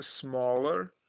smaller